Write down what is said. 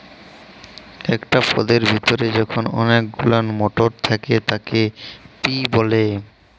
একট পদের ভিতরে যখল অলেক গুলান মটর থ্যাকে তাকে পি ব্যলে